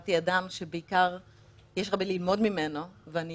הכרתי אדם שבעיקר יש הרבה ללמוד ממנו, ואני